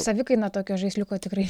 savikaina tokio žaisliuko tikrai